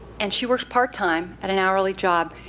and she works part-time at an hourly job.